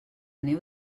neu